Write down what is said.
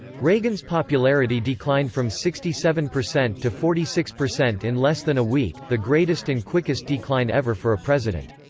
reagan's popularity declined from sixty seven percent to forty six percent and less than a week, the greatest and quickest decline ever for a president.